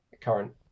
current